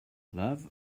love